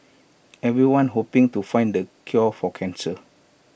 everyone's hoping to find the cure for cancer